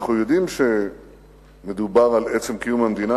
אנחנו יודעים שמדובר על עצם קיום המדינה,